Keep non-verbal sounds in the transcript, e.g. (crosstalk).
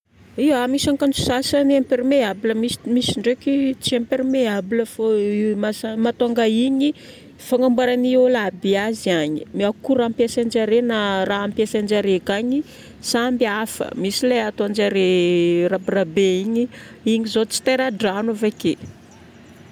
Ya. Misy ankanjo sasany imperméable. Misy, misy ndraiky tsy imperméable. Fô (hesitation) ny mahasami- mahatonga igny fagnamboaragn'ny ologna aby azy ihany. Ny akora ampiasain-jare na raha ampiasain-jare akagny samby hafa. Misy lay ataon-jare raberabe igny. Igny zao tsy tera-drano avake.